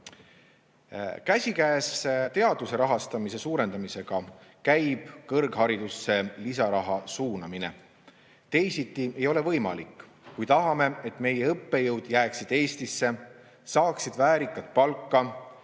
Käsikäes teaduse rahastamise suurendamisega käib kõrgharidusse lisaraha suunamine. Teisiti ei ole võimalik, kui tahame, et meie õppejõud jääksid Eestisse, saaksid väärikat palka,